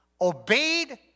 obeyed